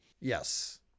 Yes